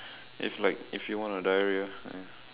it's like if you want to diarrhoea ya